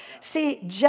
See